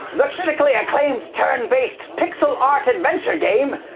the critically acclaimed, turn-based pixel art adventure game,